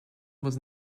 was